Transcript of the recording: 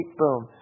boom